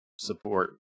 support